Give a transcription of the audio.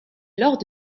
lors